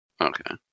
Okay